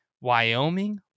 Wyoming